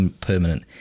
permanent